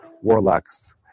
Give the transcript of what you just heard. warlocks